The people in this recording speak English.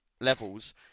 levels